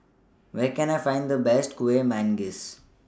Where Can I Find The Best Kueh Manggis